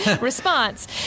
response